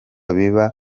biba